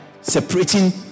separating